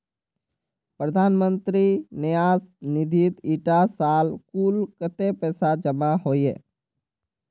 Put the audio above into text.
प्रधानमंत्री न्यास निधित इटा साल कुल कत्तेक पैसा जमा होइए?